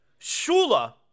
Shula